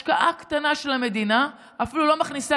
השקעה קטנה של המדינה אפילו לא מכניסה